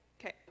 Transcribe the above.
Okay